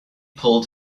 pulled